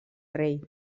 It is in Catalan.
rei